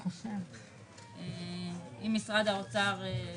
במקום 84.04 יבוא 95. מי בעד?